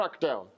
crackdown